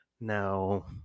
No